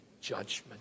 judgment